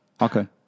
Okay